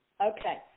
Okay